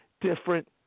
different